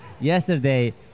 Yesterday